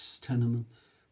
tenements